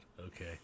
okay